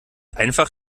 einfach